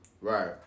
Right